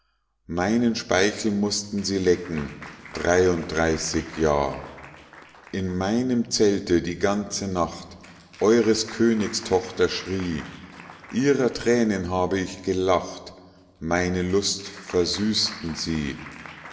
meinen speichel mußten sie lecken dreiunddreißig jahr in meinem zelte die ganze nacht eures königs tochter schrie ihrer tränen habe ich gelacht meine lust versüßten sie